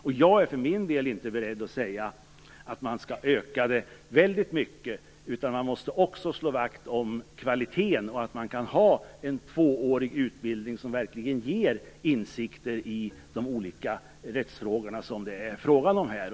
För min del är jag inte beredd att säga att man skall öka rekryteringen så väldigt mycket. Man måste också slå vakt om kvaliteten, så att man kan ha en tvåårig utbildning som verkligen ger insikter i de olika rättsfrågorna det gäller.